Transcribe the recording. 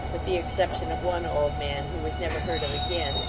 with the exception of one old man who was never heard of again,